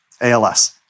ALS